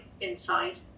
inside